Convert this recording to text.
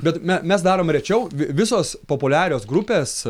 bet me mes darom rečiau vi visos populiarios grupės